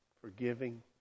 forgiving